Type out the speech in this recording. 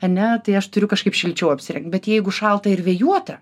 ane tai aš turiu kažkaip šilčiau apsirengt bet jeigu šalta ir vėjuota